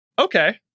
Okay